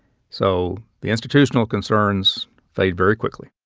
so the institutional concerns fade very quickly